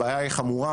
הבעיה היא חמורה,